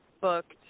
booked